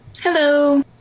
hello